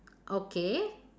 okay